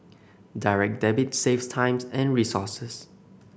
Direct Debit saves time and resources